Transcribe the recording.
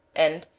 and,